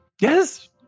Yes